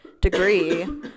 degree